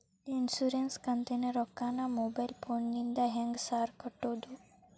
Insurance ಕಂತಿನ ರೊಕ್ಕನಾ mobile ಫೋನಿಂದ ಹೆಂಗ್ ಸಾರ್ ಕಟ್ಟದು?